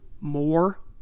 more